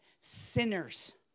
sinners